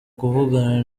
kuvugana